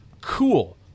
cool